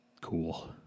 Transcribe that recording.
Cool